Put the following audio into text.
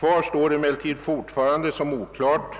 Det är emellertid fortfarande oklart